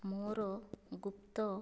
ମୋର ଗୁପ୍ତ